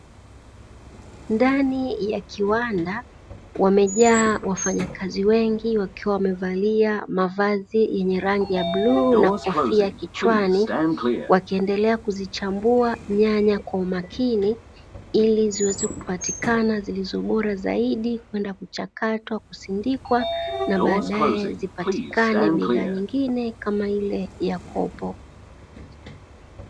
Ndani ya kiwanda wamejaa wafanyakazi wengi wakiwa wamevalia mavazi yenye rangi ya bluu na kofia kichwani, wakiendelea kuzichambua nyanya kwa umakini ili ziweze kupatikana zilizo bora zaidi, kwenda kuchakatwa, kusindikwa, na baadaye zipatikane bidhaa nyingine kama ile ya kopo.